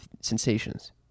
sensations